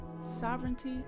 sovereignty